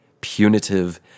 punitive